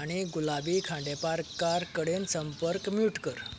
आनी गुलाबी खांडेपारकार कडेन संपर्क म्यूट कर